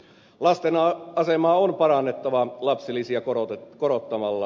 lasten asemaa on parannettava lapsilisiä korottamalla